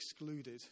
excluded